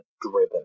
driven